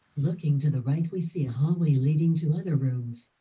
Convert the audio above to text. looking to the right we see a hallway leading to other rooms.